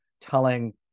telling